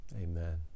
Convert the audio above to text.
amen